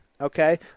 okay